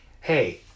Hey